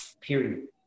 period